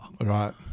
Right